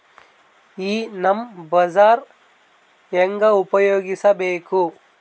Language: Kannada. ಈ ನಮ್ ಬಜಾರ ಹೆಂಗ ಉಪಯೋಗಿಸಬೇಕು?